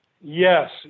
Yes